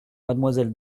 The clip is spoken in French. mademoiselle